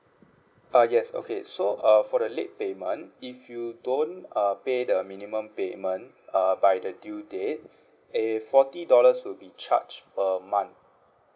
uh yes okay so uh for the late payment if you don't uh pay the minimum payment uh by the due date a forty dollars will be charged per month